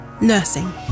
Nursing